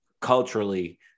culturally